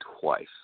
twice